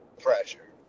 Pressure